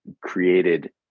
created